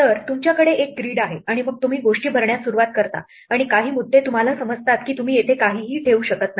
तर तुमच्याकडे एक ग्रिड आहे आणि मग तुम्ही गोष्टी भरण्यास सुरुवात करता आणि काही मुद्दे तुम्हाला समजतात की तुम्ही येथे काहीही ठेवू शकत नाही